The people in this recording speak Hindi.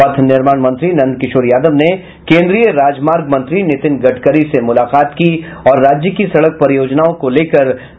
पथ निर्माण मंत्री नंद किशोर यादव ने केंद्रीय राजमार्ग मंत्री नितिन गडकरी से मुलाकात की और राज्य की सड़क परियोजनाओं को लेकर विचार विमर्श किया